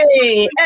Hey